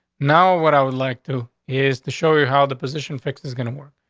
now, what i would like to is to show you how the position fix is gonna work.